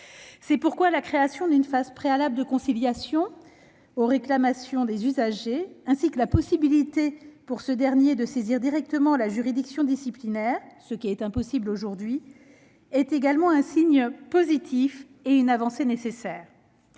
C'est pourquoi la création d'une phase préalable de conciliation pour les réclamations des usagers, ainsi que la possibilité pour ces derniers de saisir directement la juridiction disciplinaire, ce qui est impossible aujourd'hui, sont des signes positifs et des avancées nécessaires.